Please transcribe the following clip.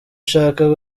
ushaka